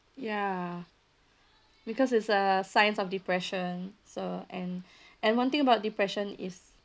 ya because it's a sign of depression so and and one thing about depression is